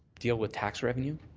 deal with tax revenue?